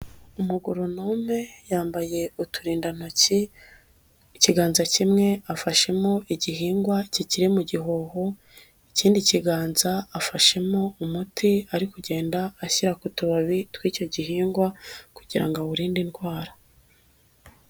Umugornome yambaye uturindantoki, ikiganza kimwe afashemo igihingwa kikiri mu gihoho, ikindi kiganza afashemo umuti ari kugenda ashyira ku tubabi tw'icyo gihingwa kugira ngo awurinde indwara.